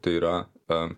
tai yra